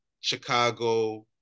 Chicago